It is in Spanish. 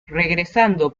regresando